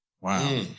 Wow